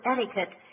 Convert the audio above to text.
Etiquette